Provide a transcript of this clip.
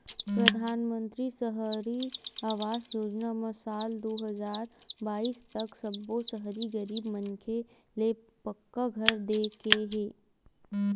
परधानमंतरी सहरी आवास योजना म साल दू हजार बाइस तक सब्बो सहरी गरीब मनखे ल पक्का घर दे के हे